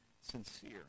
sincere